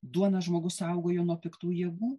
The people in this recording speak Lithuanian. duoną žmogus saugojo nuo piktų jėgų